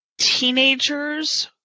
teenagers